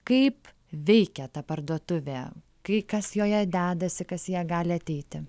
kaip veikia ta parduotuvė kai kas joje dedasi kas į ją gali ateiti